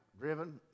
Driven